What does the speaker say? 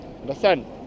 Understand